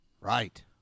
Right